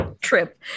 trip